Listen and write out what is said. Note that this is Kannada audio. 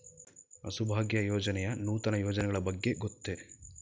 ಹಸುಭಾಗ್ಯ ಯೋಜನೆಯ ನೂತನ ಯೋಜನೆಗಳ ಬಗ್ಗೆ ಗೊತ್ತೇ?